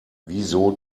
wieso